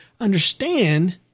understand